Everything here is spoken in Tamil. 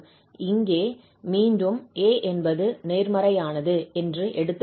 இங்கே மீண்டும் 𝑎 என்பது நேர்மறையானது என்று எடுத்துக் கொள்வோம்